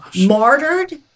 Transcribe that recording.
martyred